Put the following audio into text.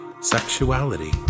sexuality